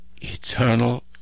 eternal